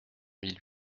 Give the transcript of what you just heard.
mille